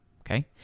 okay